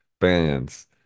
bands